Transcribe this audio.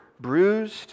bruised